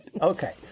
Okay